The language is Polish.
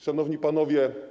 Szanowni Panowie!